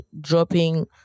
dropping